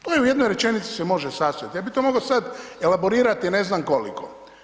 To u jednoj rečenici se može sastaviti, ja bi to mogao sad elaborirati ne znam koliko.